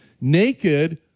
Naked